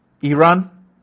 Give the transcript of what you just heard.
Iran